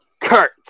Kurt